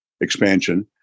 expansion